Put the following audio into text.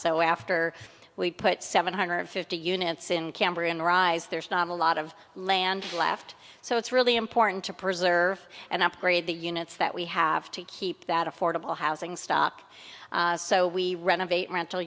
so after we put seven hundred fifty units in cambrian rise there's not a lot of land left so it's really important to preserve and upgrade the units that we have to keep that affordable housing stock so we renovate rental